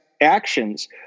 actions